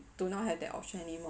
do not have that option anymore